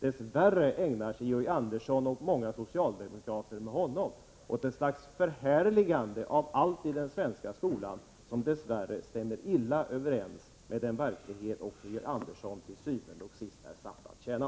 Dess värre ägnar sig Georg Andersson, och många socialdemokrater med honom, åt ett slags förhärligande av allt i den svenska skolan, vilket dess värre stämmer illa överens med den verklighet som Georg Andersson til syvende og sidst är satt att tjäna.